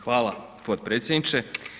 Hvala potpredsjedniče.